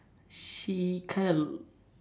she kind of